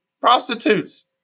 prostitutes